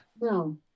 No